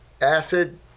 Acid